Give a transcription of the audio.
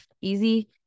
easy